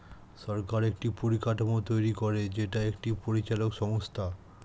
সরকার একটি পরিকাঠামো তৈরী করে যেটা একটি পরিচালক সংস্থা